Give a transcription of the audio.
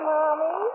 Mommy